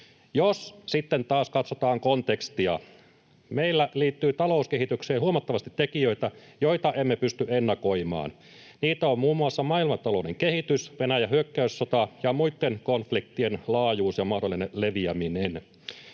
Jos sitten taas katsotaan kontekstia, meillä talouskehitykseen liittyy huomattavasti tekijöitä, joita emme pysty ennakoimaan. Niitä ovat muun muassa maailmantalouden kehitys, Venäjän hyökkäyssota ja muitten konfliktien laajuus ja mahdollinen leviäminen.